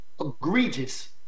egregious